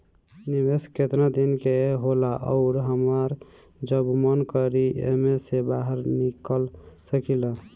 निवेस केतना दिन के होला अउर हमार जब मन करि एमे से बहार निकल सकिला?